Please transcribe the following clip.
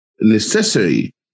necessary